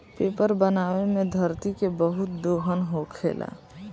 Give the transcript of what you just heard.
paper बनावे मे धरती के बहुत दोहन होखेला